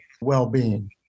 well-being